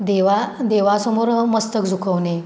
देवा देवासमोर मस्तक झुकवणे